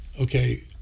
okay